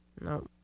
No